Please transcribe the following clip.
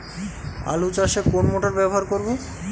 আলু চাষে কোন মোটর ব্যবহার করব?